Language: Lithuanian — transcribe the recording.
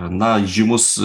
na įžymus